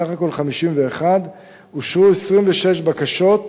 סך הכול 51. אושרו 26 בקשות,